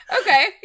Okay